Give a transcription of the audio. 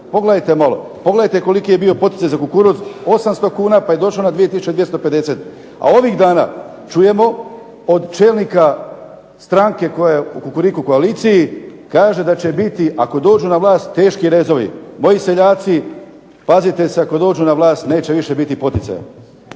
Pogledajte malo, pogledajte koliki je bio poticaj za kukuruz, 800 kuna pa je došao na 2250. A ovih dana čujemo od čelnika stranke koja je u "kukuriku koaliciji" kaže da će biti ako dođu na vlast teški rezovi. Moji seljaci pazite se ako dođu na vlast neće više biti poticaja.